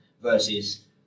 versus